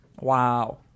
Wow